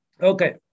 Okay